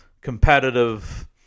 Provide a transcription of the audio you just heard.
competitive